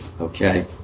Okay